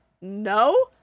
no